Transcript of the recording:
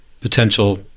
potential